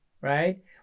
right